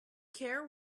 care